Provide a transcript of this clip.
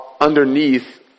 underneath